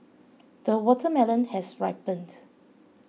the watermelon has ripened